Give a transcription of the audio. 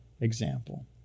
example